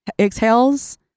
exhales